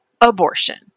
abortion